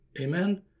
amen